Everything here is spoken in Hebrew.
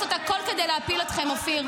צריכים לעשות הכול כדי להפיל אתכם, אופיר.